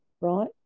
right